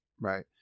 right